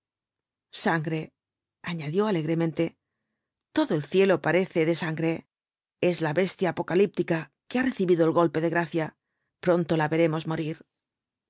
sangre dijo alegremente todo el cielo parece v bl auo ibáñbz de sangre es la bestia apocalíptica que ha recibido el golpe de gracia pronto la veremos morir